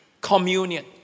communion